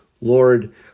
Lord